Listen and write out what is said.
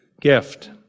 gift